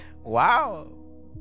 Wow